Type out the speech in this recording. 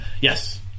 Yes